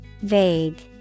Vague